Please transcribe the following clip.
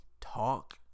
talk